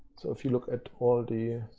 so if you look at all the